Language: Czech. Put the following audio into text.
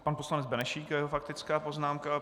Pan poslanec Benešík faktická poznámka.